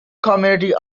community